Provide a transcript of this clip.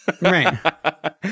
Right